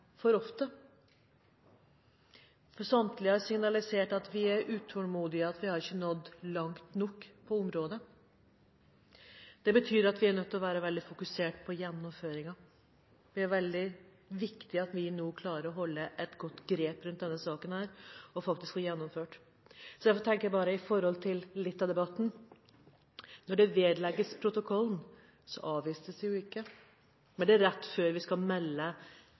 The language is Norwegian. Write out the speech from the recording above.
for ofte, for samtlige har signalisert at vi er utålmodige, at vi ikke har nådd langt nok på området. Det betyr at vi er nødt til å være veldig fokusert på gjennomføringen. Det er veldig viktig at vi nå klarer å holde et godt grep om denne saken, og faktisk får gjennomført. Så derfor tenker jeg når det gjelder litt av debatten: Når det vedlegges protokollen, så avvises det jo ikke. Men det er rett før vi skal melde